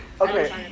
okay